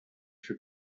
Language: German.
für